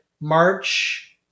March